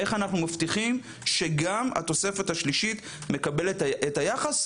איך אנחנו מבטיחים שגם התוספת השלישית מקבלת את היחס.